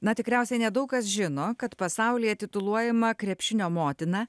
na tikriausiai nedaug kas žino kad pasaulyje tituluojama krepšinio motina